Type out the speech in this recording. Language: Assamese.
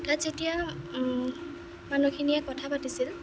তাত যেতিয়া মানুহখিনিয়ে কথা পাতিছিল